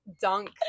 dunk